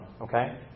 Okay